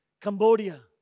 Cambodia